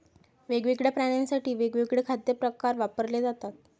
वेगवेगळ्या प्राण्यांसाठी वेगवेगळे खाद्य प्रकार वापरले जातात